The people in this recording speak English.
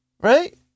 right